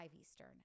Eastern